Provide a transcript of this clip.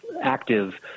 active